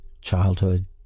childhood